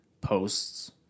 posts